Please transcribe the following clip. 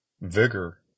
vigor